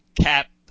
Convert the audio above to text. Cap